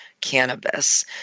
cannabis